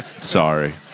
Sorry